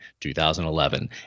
2011